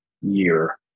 Year